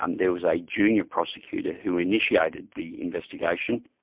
um there was a junior prosecutor who initiated the investigation.